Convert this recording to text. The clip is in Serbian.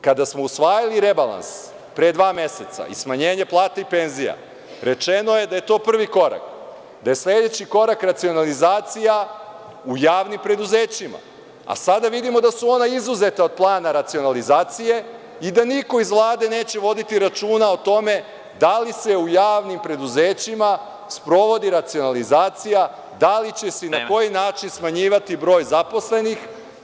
Kada smo usvajali rebalans pre dva meseca i smanjenje plata i penzija, rečeno da je to prvi korak, da je sledeći korak racionalizacija u javnim preduzećima, a sada vidimo da su ona izuzeta od plana racionalizacije i da niko iz Vlade neće voditi računa o tome da li se u javnim preduzećima sprovodi racionalizacija, da li će se i na koji način smanjivati broj zaposlenih?